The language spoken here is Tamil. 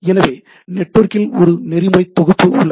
எனவே நெட்வொர்க்கில் ஒரு நெறிமுறை தொகுப்பு உள்ளன